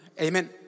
Amen